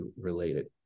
related